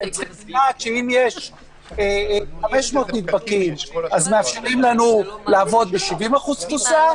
אנחנו צריכים לדעת אם ב-500 נדבקים מאפשרים לנו לעבוד ב-70% תפוסה,